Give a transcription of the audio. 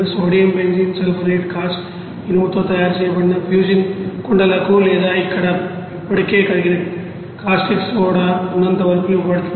sodium benzene sulphonate cast ఇనుముతో తయారు చేయబడిన ఫ్యూజన్ కుండలకు లేదా అక్కడ ఇప్పటికే కరిగిన కాస్టిక్ సోడా ఉన్నవారికి ఇవ్వబడుతుంది